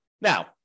Now